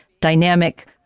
dynamic